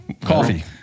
coffee